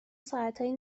ساعتای